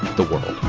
the world